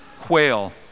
quail